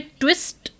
twist